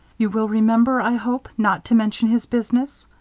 you will remember, i hope, not to mention his business!